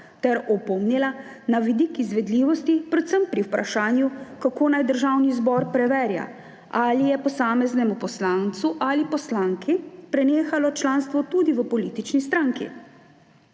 ter opomnila na vidik izvedljivosti predvsem pri vprašanju, kako naj Državni zbor preverja, ali je posameznemu poslancu ali poslanki prenehalo članstvo tudi v politični stranki.